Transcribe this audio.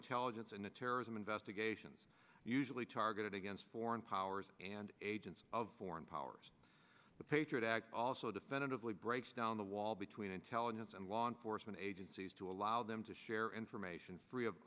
intelligence and the terrorism investigations usually targeted against foreign powers and agents of foreign powers the patriot act also defendant of lee breaks down the wall between intelligence and law enforcement agencies to allow them to share information free of